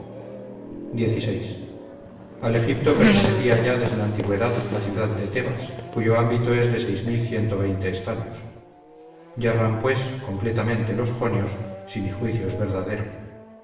xvi al egipto pertenecía ya desde la antigüedad la ciudad de tebas cuyo ámbito es de estadios yerran pues completamente los jonios si mi juicio es verdadero